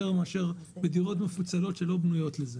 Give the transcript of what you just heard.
מאשר בדירות מפוצלות שלא בנויות לזה.